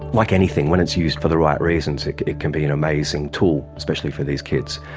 like anything, when it's used for the right reasons it it can be an amazing tool, especially for these kids.